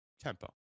Tempo